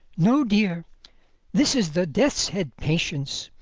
no, dear this is the death's head patience,